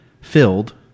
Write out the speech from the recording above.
filled